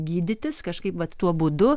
gydytis kažkaip vat tuo būdu